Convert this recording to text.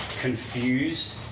confused